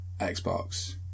Xbox